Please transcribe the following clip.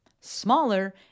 Smaller